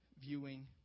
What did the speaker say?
viewing